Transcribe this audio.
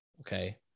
okay